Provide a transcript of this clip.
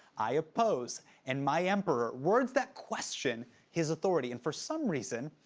i oppose and my emperor. words that question his authority and for some reason,